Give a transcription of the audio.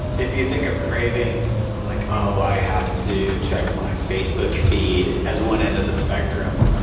if you think of craving like oh, i have to check my facebook feed' as one end of the spectrum,